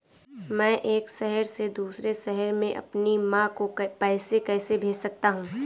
मैं एक शहर से दूसरे शहर में अपनी माँ को पैसे कैसे भेज सकता हूँ?